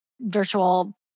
virtual